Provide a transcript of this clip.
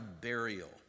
burial